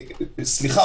סליחה,